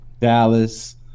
Dallas